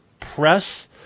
Press